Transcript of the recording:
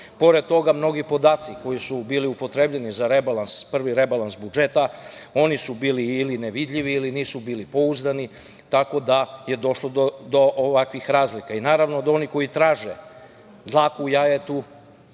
toga mnogi podaci koji su bili upotrebljeni za prvi rebalans budžeta oni su bili ili nevidljivi ili nisu bili pouzdani, tako da je došlo do ovakvih razlika. Naravno da oni koji traže dlaku u jajetu,